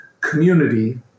community